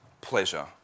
pleasure